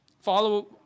Follow